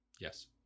Yes